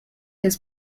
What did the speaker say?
his